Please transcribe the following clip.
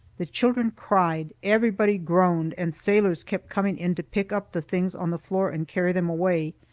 the children cried, everybody groaned, and sailors kept coming in to pick up the things on the floor and carry them away.